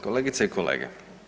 Kolegice i kolege.